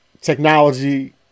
Technology